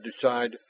decide